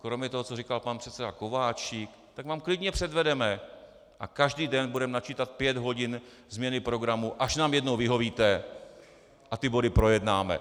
Kromě toho, co říkal pan předseda Kováčik, tak vám klidně předvedeme a každý den budeme načítat pět hodin změny programu, až nám jednou vyhovíte a ty body projednáme.